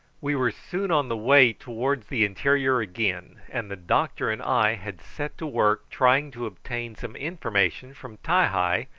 we were soon on the way towards the interior again, and the doctor and i had set to work trying to obtain some information from ti-hi,